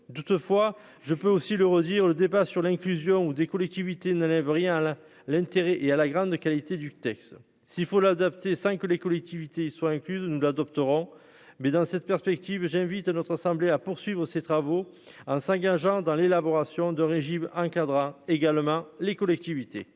toutefois je peux aussi le redire, le débat sur l'inclusion ou des collectivités n'enlève rien à l'intérêt et à la grande qualité du texte s'il faut l'adapter, que les collectivités soient incluses doctorant mais dans cette perspective, j'invite notre assemblée à poursuivre ses travaux, hein, s'engageant dans l'élaboration de régime un quadra également les collectivités.